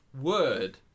word